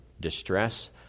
distress